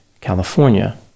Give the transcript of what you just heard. California